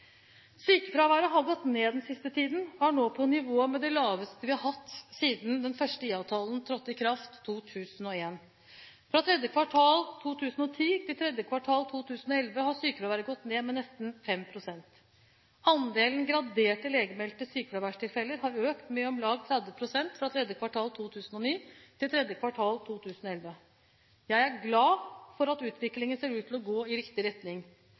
Sykefraværet har gått ned den siste tiden og er nå på nivå med det laveste vi har hatt siden den første IA-avtalen trådte i kraft i 2001. Fra tredje kvartal 2010 til tredje kvartal 2011 har sykefraværet gått ned med nesten 5 pst. Andelen graderte legemeldte sykefraværstilfeller har økt med om lag 30 pst. fra tredje kvartal 2009 til tredje kvartal 2011. Jeg er glad for at uviklingen ser ut til å gå i riktig retning.